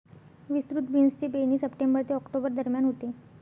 विस्तृत बीन्सची पेरणी सप्टेंबर ते ऑक्टोबर दरम्यान होते